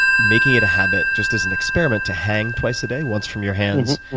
making it a habit, just as an experiment, to hang twice a day, once from your hands,